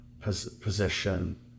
position